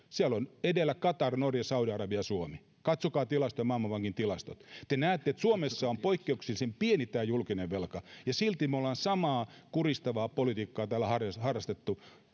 siellä ovat edellä qatar norja ja saudi arabia ja sitten on suomi katsokaa tilastoja maailmanpankin tilastoja te näette että suomessa on poikkeuksellisen pieni tämä julkinen velka ja silti me olemme samaa kuristavaa politiikkaa täällä harrastaneet